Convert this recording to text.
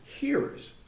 hearers